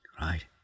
right